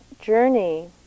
journey